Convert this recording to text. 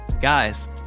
guys